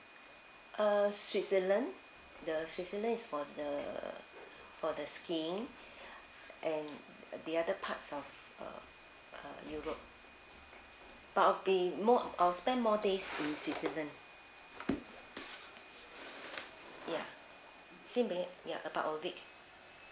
err switzerland the switzerland is for the for the skiing and the other parts of uh europe but I'll be more I'll spend more days in switzerland yeah since being ya about a week